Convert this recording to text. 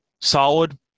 solid